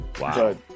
Wow